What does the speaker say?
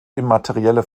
immaterielle